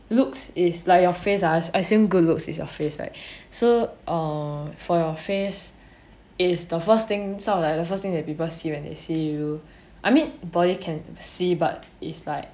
looks is like your face ah assume good looks is your face right so err for your face is the first thing 招来 the first thing that people see you I mean body can see but it's like